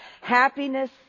happiness